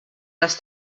les